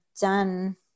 done